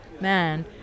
man